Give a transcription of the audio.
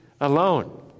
alone